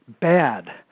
bad